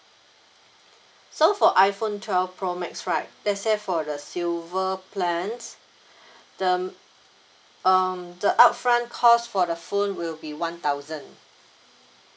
so for iPhone twelve pro max right let's say for the silver plans the um the upfront cost for the phone will be one thousand